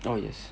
oh yes